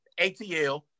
ATL